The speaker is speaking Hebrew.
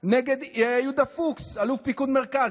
נגד יהודה פוקס, אלוף פיקוד מרכז.